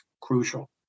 crucial